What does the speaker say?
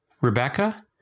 Rebecca